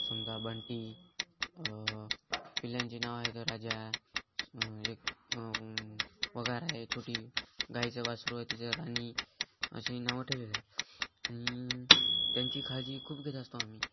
समजा बंटी पिल्लांची नावं एक राजा एक वगार आहे छोटी गाईचं वासरू आहे तिचं रानी अशी नावं ठेवलेले आहेत आहेत आणि त्यांची खाळजी खूप घेत असतो आम्ही